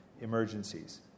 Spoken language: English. emergencies